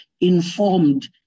informed